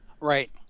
Right